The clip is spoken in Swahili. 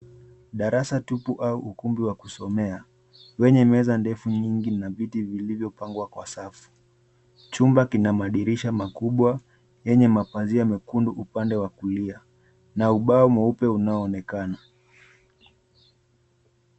Darasa tupu au ukumbi wa kusomea wenye meza ndefu nyingi na viti vilivyopangwa kwa safu. Chumba kina madirisha makubwa yenye mapazia mekundu upande wa kulia, na ubao mweupe unaoonekana.